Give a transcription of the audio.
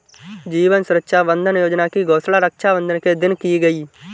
जीवन सुरक्षा बंधन योजना की घोषणा रक्षाबंधन के दिन की गई